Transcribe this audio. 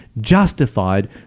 justified